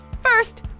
First